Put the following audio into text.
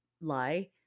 lie